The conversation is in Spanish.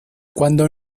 cuando